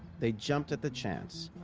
they jumped at the chance.